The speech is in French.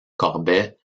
corbet